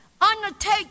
undertake